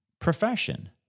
profession